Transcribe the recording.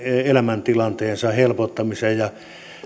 elämäntilanteensa helpottamiseen ja